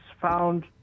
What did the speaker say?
found